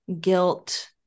guilt